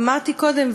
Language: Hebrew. אמרתי קודם,